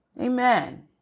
Amen